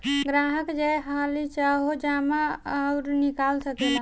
ग्राहक जय हाली चाहो जमा अउर निकाल सकेला